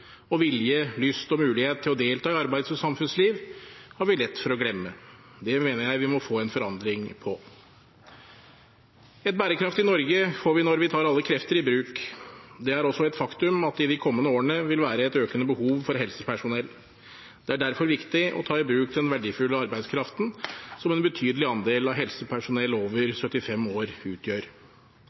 og vilje, lyst og mulighet til å delta i arbeids- og samfunnsliv – har vi lett for å glemme. Det mener jeg vi må få en forandring på. Et bærekraftig Norge får vi når vi tar alle krefter i bruk. Det er også et faktum at det i de kommende årene vil være et økende behov for helsepersonell. Det er derfor viktig å ta i bruk den verdifulle arbeidskraften som en betydelig andel av helsepersonell over 75 år utgjør.